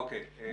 אוקיי.